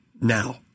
now